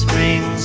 Spring